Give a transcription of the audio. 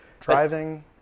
Driving